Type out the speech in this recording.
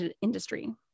industry